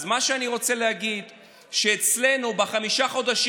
אז מה שאני רוצה להגיד הוא שאצלנו בחמישה חודשים